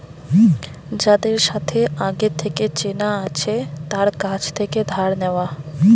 যাদের সাথে আগে থেকে চেনা আছে তার কাছ থেকে ধার নেওয়া